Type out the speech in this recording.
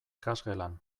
ikasgelan